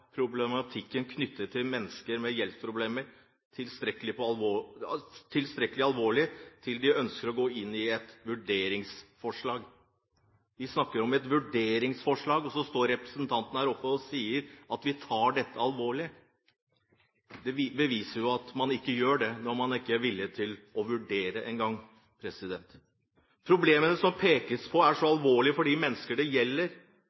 problematikken knyttet til mennesker med gjeldsproblemer tilstrekkelig alvorlig, sånn at de går inn for et vurderingsforslag. Vi snakker om et vurderingsforslag, og så står representantene her oppe og sier at de tar dette alvorlig. Det beviser at man ikke gjør det, når man ikke er villig til engang å vurdere det. Problemene det pekes på, er så alvorlige for de menneskene det gjelder,